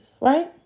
right